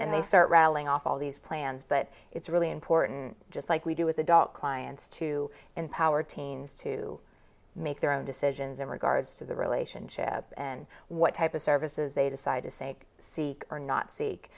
and they start rattling off all these plans but it's really important just like we do with adult clients to empower teens to make their own decisions in regards to the relationship and what type of services they decide to say seek or not s